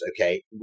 okay